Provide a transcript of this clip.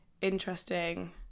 interesting